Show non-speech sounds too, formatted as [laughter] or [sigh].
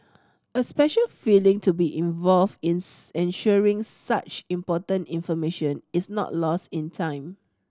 a special feeling to be involved [unintelligible] ensuring such important information is not lost in time